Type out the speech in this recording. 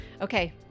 Okay